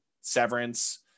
Severance